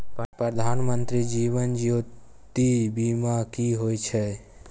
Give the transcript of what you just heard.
प्रधानमंत्री जीवन ज्योती बीमा की होय छै?